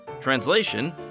Translation